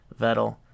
Vettel